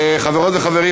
חברות וחברים,